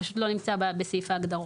פשוט לא נמצא בסעיף ההגדרות.